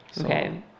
Okay